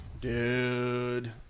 Dude